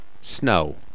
Snow